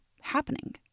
happening